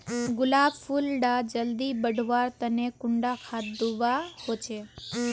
गुलाब फुल डा जल्दी बढ़वा तने कुंडा खाद दूवा होछै?